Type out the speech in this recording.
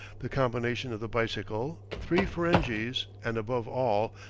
the combination of the bicycle, three ferenghis, and, above all,